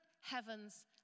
heavens